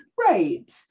right